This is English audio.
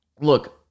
look